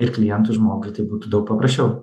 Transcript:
ir klientui žmogui tai būtų daug paprasčiau